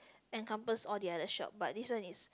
encompass all the other shop but this one is